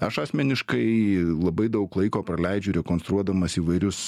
aš asmeniškai labai daug laiko praleidžiu rekonstruodamas įvairius